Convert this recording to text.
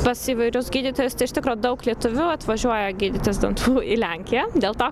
pas įvairius gydytojus tai iš tikro daug lietuvių atvažiuoja gydytis dantų į lenkiją dėl to